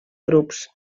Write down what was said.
grups